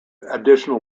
additional